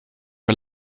wir